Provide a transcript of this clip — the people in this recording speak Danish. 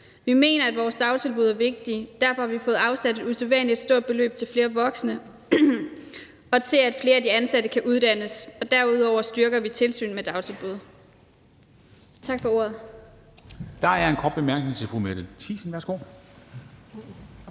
Vi mener, at vores dagtilbud er vigtige. Derfor har vi fået afsat et usædvanlig stort beløb til flere voksne og til, at flere af de ansatte kan uddannes. Og derudover styrker vi tilsynet med dagtilbud. Tak for ordet. Kl. 11:07 Formanden (Henrik Dam Kristensen): Der er